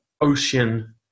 ocean